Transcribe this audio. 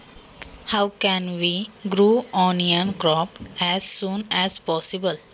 कांदा पिकाची वाढ आपण लवकरात लवकर कशी करू शकतो?